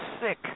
sick